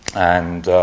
and